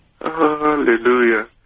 Hallelujah